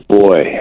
boy